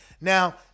Now